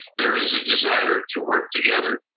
there is a desire to work together.